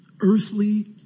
Earthly